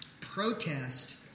protest –